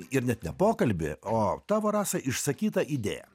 ir net ne pokalbį o tavo rasa išsakytą idėją